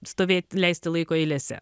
stovėt leisti laiko eilėse